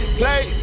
play